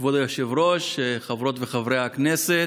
כבוד היושב-ראש, חברות וחברי הכנסת,